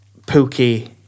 Pookie